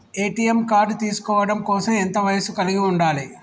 ATM card తీసుకోవడం కోసం ఎంత వయస్సు కలిగి ఉండాలి?